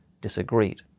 disagreed